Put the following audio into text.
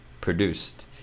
produced